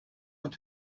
want